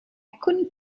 couldn’t